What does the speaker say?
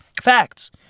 Facts